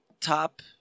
top